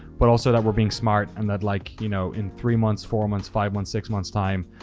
but also that we're being smart and that like, you know, in three months, four months, five months, six months time,